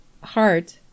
Heart